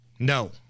No